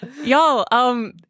Y'all